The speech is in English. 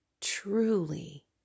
truly